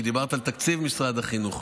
כי דיברת על תקציב משרד החינוך.